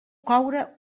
coure